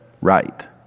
right